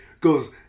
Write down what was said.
Goes